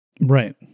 Right